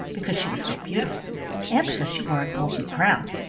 because she was so beautiful and because she wore a golden crown.